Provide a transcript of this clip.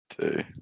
two